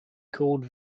called